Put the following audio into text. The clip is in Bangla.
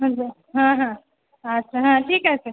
আচ্ছা হ্যাঁ হ্যাঁ আচ্ছা হ্যাঁ ঠিক আছে